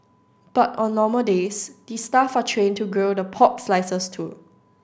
but on normal days the staff are trained to grill the pork slices too